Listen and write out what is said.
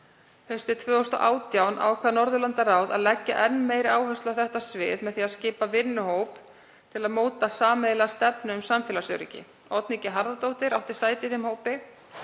Haustið 2018 ákvað Norðurlandaráð að leggja enn meiri áhersla á þetta svið með því að skipa vinnuhóp til að móta sameiginlega stefnu um samfélagsöryggi. Oddný G. Harðardóttir átti sæti í þeim hópi.